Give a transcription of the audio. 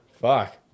Fuck